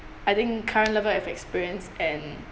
I think current level of experience and